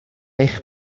eich